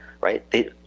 right